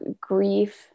grief